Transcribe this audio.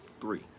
Three